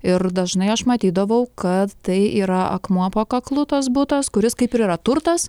ir dažnai aš matydavau kad tai yra akmuo po kaklu tas butas kuris kaip ir yra turtas